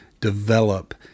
develop